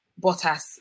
Bottas